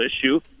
issue